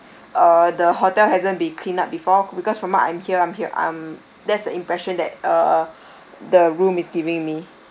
uh the hotel hasn't been cleaned up before because from what my I'm hear I'm hear~ I'm that's the impression that uh the room is giving me